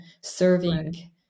serving